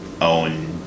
own